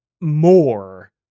more